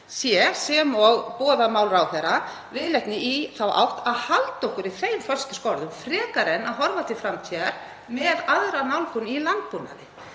sé, sem og boðað mál ráðherra, viðleitni í þá átt að halda okkur í þeim föstu skorðum frekar en að horfa til framtíðar með aðra nálgun í landbúnaði.